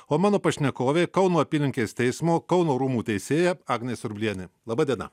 o mano pašnekovė kauno apylinkės teismo kauno rūmų teisėja agnė surblienė laba diena